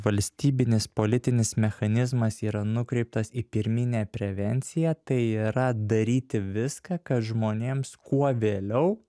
valstybinis politinis mechanizmas yra nukreiptas į pirminę prevenciją tai yra daryti viską kad žmonėms kuo vėliau